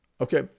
okay